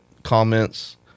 comments